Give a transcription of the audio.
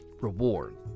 reward